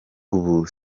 ubu